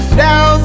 now